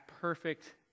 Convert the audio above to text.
perfect